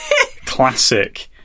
Classic